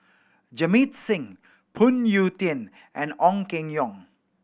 Jamit Singh Phoon Yew Tien and Ong Keng Yong